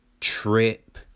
Trip